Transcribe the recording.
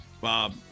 Bob